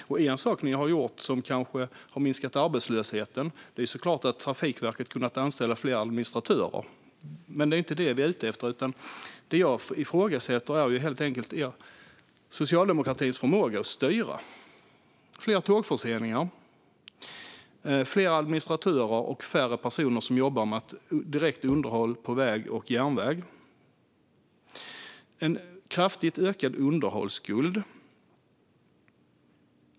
En sak som Socialdemokraterna har gjort - och som kanske har minskat arbetslösheten - är såklart att Trafikverket har kunnat anställa fler administratörer, men det är inte det vi är ute efter. Det jag ifrågasätter är helt enkelt socialdemokratins förmåga att styra. Vi ser fler tågförseningar. Vi ser fler administratörer och färre personer som jobbar med direkt underhåll på väg och järnväg. Vi ser en kraftigt ökad underhållsskuld.